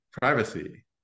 privacy